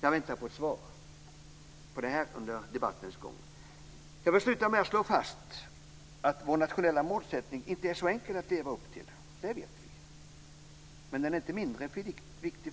Jag väntar på ett svar under debattens gång. Jag vill sluta med att slå fast att vår nationella målsättning inte är så enkel att leva upp till. Det vet vi. Men den är därför inte mindre viktig.